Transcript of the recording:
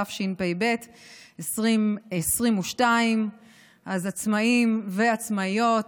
התשפ"ב 2022. עצמאים ועצמאיות,